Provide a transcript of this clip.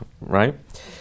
right